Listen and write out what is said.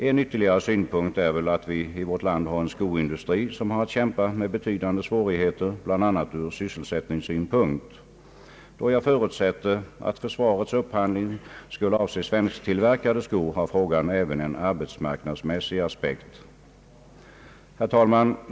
En ytterligare synpunkt är att vi i vårt land har en skoindustri, som har att kämpa med betydande svårigheter, bl.a. från sysselsättningssynpunkt. Då jag förutsätter att försvarets upphandling skulle avse svensktillverkade skor, har frågan även en arbetsmarknadsmässig aspekt. Herr talman!